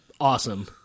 awesome